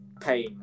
pain